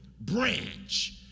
Branch